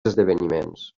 esdeveniments